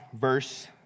verse